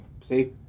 See